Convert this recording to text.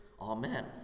Amen